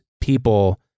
people